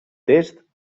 test